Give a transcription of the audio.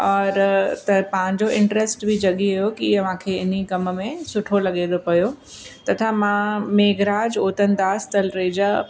और त पंहिंजो इंट्रेस्ट बि जगी वियो कि मूंखे इन्हीअ कम में सुठो लॻे थो पियो तथा मां मेघराज ओधनदास तलरेजा